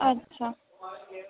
अच्छा